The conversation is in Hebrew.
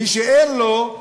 מי שאין לו,